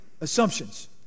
assumptions